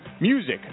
music